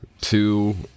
two